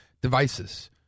devices